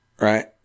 right